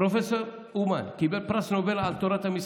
פרופ' אומן קיבל פרס נובל על תורת המשחקים.